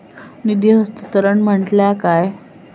निधी हस्तांतरण म्हटल्या काय?